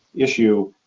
issue.